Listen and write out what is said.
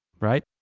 right?